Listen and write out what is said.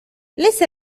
ليس